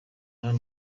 hano